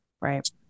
Right